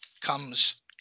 comes